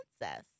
princess